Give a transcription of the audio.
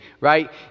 right